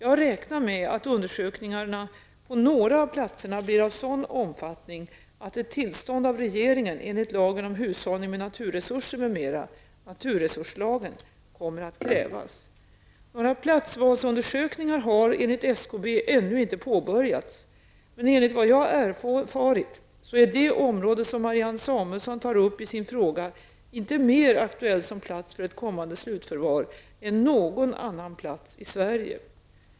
Jag räknar med att undersökningarna på några av platserna blir av sådan omfattning att ett tillstånd av regeringen enligt lagen om hushållning med naturresurser m.m. kommer att krävas. Några platsvalsundersökningar har enligt SKB ännu inte påbörjats. Men enligt vad jag erfarit så är det område som Marianne Samuelsson tar upp i sin fråga inte mer aktuell som plats för ett kommande slutförvar än någon annan plats i Sverige. Herr talman!